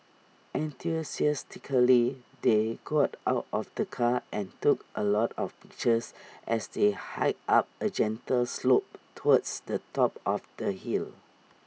enthusiastically they got out of the car and took A lot of pictures as they hiked up A gentle slope towards the top of the hill